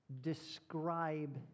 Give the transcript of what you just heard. describe